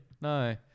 No